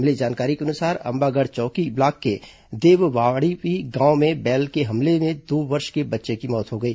मिली जानकारी के अनुसार अंबागढ़ चौकी ब्लॉक के देववाड़वी गांव में बैल के हमले में दो वर्ष के बच्चे की मौत हो गई